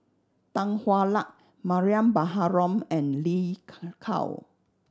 Tan Hwa Luck Mariam Baharom and Lin Gao